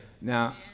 Now